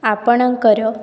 ଆପଣଙ୍କର